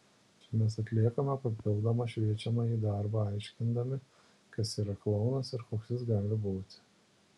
čia mes atliekame papildomą šviečiamąjį darbą aiškindami kas yra klounas ir koks jis gali būti